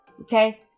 Okay